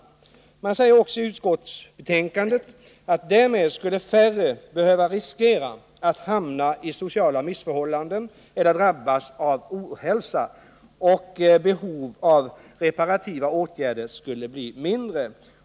Utskottet fortsätter: ”Därmed skulle färre behöva riskera att hamna i sociala missförhållanden eller drabbas av ohälsa, och behovet av reparativa åtgärder skulle bli mindre.